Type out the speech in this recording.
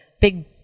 big